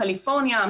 קליפורניה,